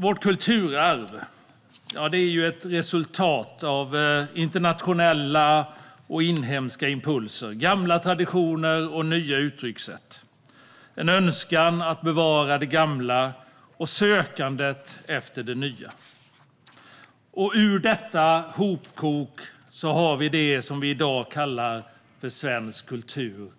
Vårt kulturarv är ett resultat av internationella och inhemska impulser, gamla traditioner och nya uttryckssätt, en önskan att bevara det gamla och sökandet efter det nya. Ur detta hopkok har det vi i dag kallar svensk kultur